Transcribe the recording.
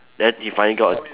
then he finally got